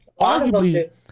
arguably